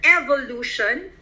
evolution